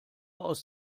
aus